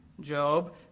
Job